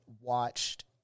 watched